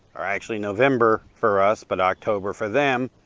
or actually november for us but october for them,